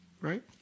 Right